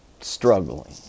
struggling